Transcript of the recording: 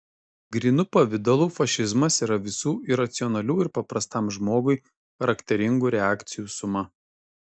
grynu pavidalu fašizmas yra visų iracionalių ir paprastam žmogui charakteringų reakcijų suma